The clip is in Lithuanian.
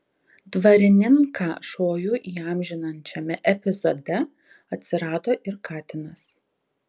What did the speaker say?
dvarininką šojų įamžinančiame epizode atsirado ir katinas